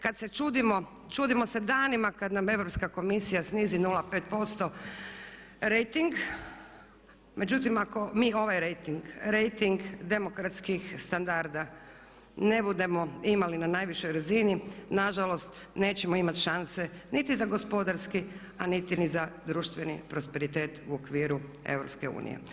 Kad se čudimo, čudimo se danima kad nam Europska komisija snizi 0,5% rejting, međutim ako mi ovaj rejting, rejting demokratskih standarda ne budemo imali na najvišoj razini nažalost nećemo imati šanse niti za gospodarski a niti ni za društveni prosperitet u okviru EU.